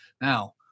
Now